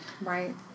right